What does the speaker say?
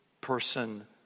person